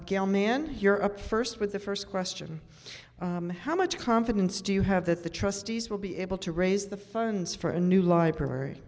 chart gayle man you're up first with the first question how much confidence do you have that the trustees will be able to raise the funds for a new library